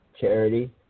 charity